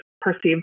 perceived